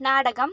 നാടകം